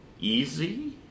easy